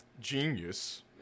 Genius